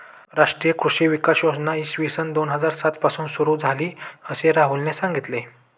राष्ट्रीय कृषी विकास योजना इसवी सन दोन हजार सात पासून सुरू झाली, असे राहुलने सांगितले